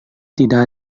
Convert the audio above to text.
tidak